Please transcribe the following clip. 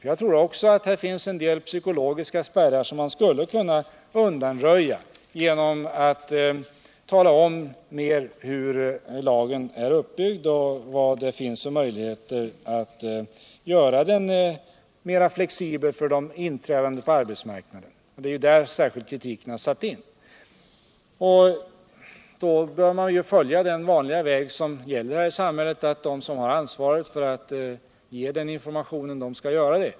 Också jag tror att det finns en del psykologiska spärrar som man skulle kunna undanröja genom att tala om hur lagen är uppbyggd och vilka möjligheter som finns att göra den mer flexibel för dem som inträder på arbetsmarknaden. Det är särskilt där kriikon har satt in. och då bör man ju följa den vanliga vägen här i samhället, att de som har unsvaret för att ge information skall göra det.